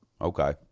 Okay